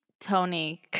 tony